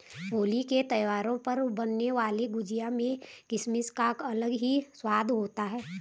होली के त्यौहार पर बनने वाली गुजिया में किसमिस का अलग ही स्वाद होता है